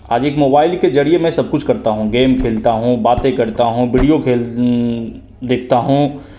आज एक मोबाइल के ज़रीए मैं सब कुछ करता हूँ गेम खेलता हूँ बातें करता हूँ वीडियो खेल देखता हूँ